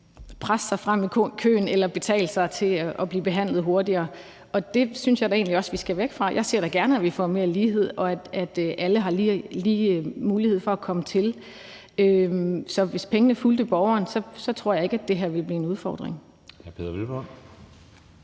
presse sig frem i køen eller betale sig til at blive behandlet hurtigere. Det synes jeg da egentlig også at vi skal væk fra. Jeg ser da gerne, at vi får mere lighed, og at alle har lige mulighed for at komme til. Så hvis pengene fulgte borgeren, tror jeg ikke at det her ville blive en udfordring.